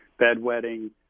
bedwetting